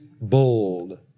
bold